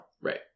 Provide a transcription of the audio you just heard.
Right